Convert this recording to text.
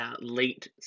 late